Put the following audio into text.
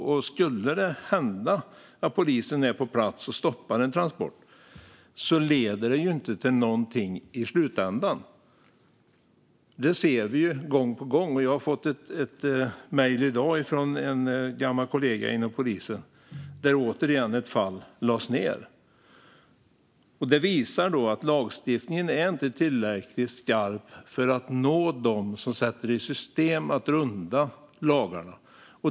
Och skulle det hända att polisen är på plats och stoppar en transport leder det inte till någonting i slutändan. Det ser vi gång på gång. Jag fick i dag ett mejl från en gammal kollega inom polisen om ännu ett fall som lagts ned. Det visar att lagstiftningen inte är tillräckligt skarp för att nå dem som sätter i system att runda lagarna.